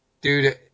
Dude